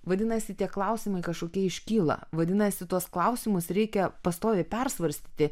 vadinasi tie klausimai kažkokie iškyla vadinasi tuos klausimus reikia pastoviai persvarstyti